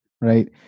right